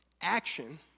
Action